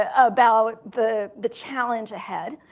ah about the the challenge ahead.